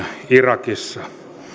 irakissa